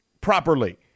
properly